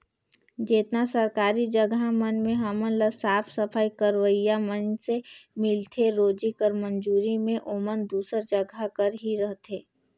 जेतना सरकारी जगहा मन में हमन ल साफ सफई करोइया मइनसे मिलथें रोजी कर मंजूरी में ओमन दूसर जगहा कर ही रहथें